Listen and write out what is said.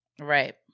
Right